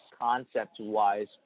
concept-wise